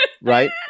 Right